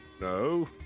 No